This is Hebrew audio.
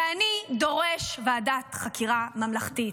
ואני דורש ועדת חקירה ממלכתית,